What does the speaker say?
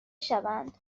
شوند